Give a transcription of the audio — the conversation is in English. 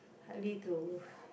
hardly to